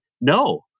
no